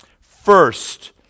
First